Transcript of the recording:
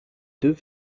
deux